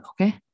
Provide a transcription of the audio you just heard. okay